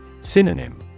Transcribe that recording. Synonym